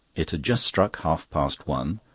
it had just struck half-past one,